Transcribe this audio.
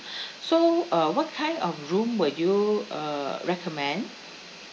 so uh what kind of room will you uh recommend